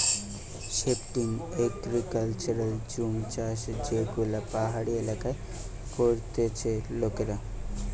shifting agriculture জুম চাষযেগুলো পাহাড়ি এলাকায় করতিছে লোকেরা